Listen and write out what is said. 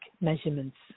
measurements